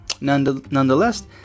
Nonetheless